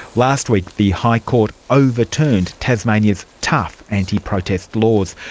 last week the high court overturned tasmania's tough anti-protest laws.